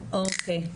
אוקי.